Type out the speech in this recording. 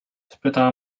spytała